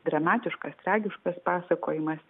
dramatiškas tragiškas pasakojimas